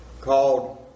called